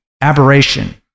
aberration